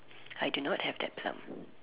I do not have that plum